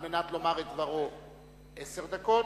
על מנת לומר את דברו עשר דקות.